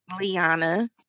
Liana